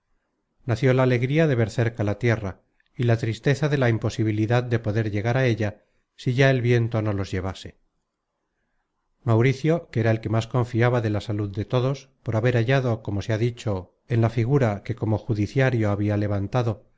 nació la alegría de ver cerca la tierra y la tristeza de la imposibilidad de poder llegar á ella si ya el viento no los llevase mauricio era el que más confiaba de la salud de todos por haber hallado como se ha dicho en la figura que como judiciario habia levantado